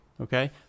Okay